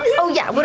oh yeah, but